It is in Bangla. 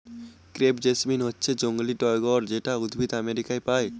ক্রেপ জেসমিন হচ্ছে জংলী টগর যেটা উদ্ভিদ আমেরিকায় পায়